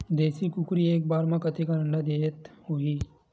देशी कुकरी एक बार म कतेकन अंडा देत होही?